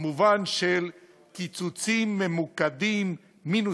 במובן של קיצוצים ממוקדים, מינוסים.